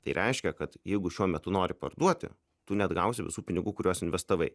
tai reiškia kad jeigu šiuo metu nori parduoti tu neatgausi visų pinigų kuriuos investavai